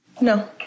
No